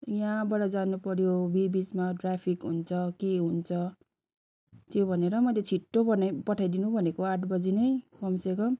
यहाँबाट जानु पऱ्यो बिबिचमा ट्राफिक हुन्छ के हुन्छ त्यो भनेर मैले छिट्टो भने पठाइदिनु भनेको आठ बजी नै कमसेकम